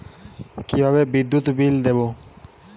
কিভাবে বিদ্যুৎ বিল দেবো?